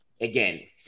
again